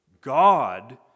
God